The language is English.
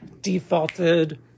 defaulted